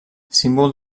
símbol